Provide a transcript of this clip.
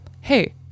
hey